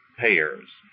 payers